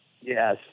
Yes